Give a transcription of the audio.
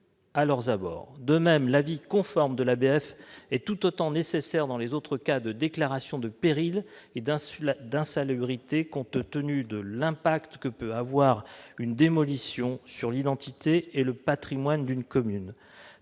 De même, l'avis conforme de l'ABF est tout autant nécessaire dans les cas de déclarations de péril et d'insalubrité, compte tenu de l'impact que peut avoir une démolition sur l'identité et le patrimoine d'une commune.